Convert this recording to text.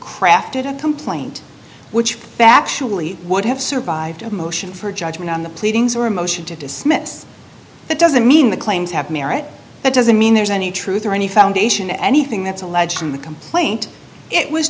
crafted a complaint which factually would have survived a motion for judgment on the pleadings or a motion to dismiss that doesn't mean the claims have merit that doesn't mean there's any truth or any foundation anything that's alleged in the complaint it was